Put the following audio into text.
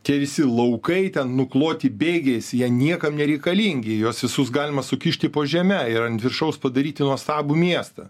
tie visi laukai ten nukloti bėgiais jie niekam nereikalingi juos visus galima sukišti po žeme ir ant viršaus padaryti nuostabų miestą